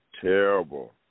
terrible